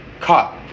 caught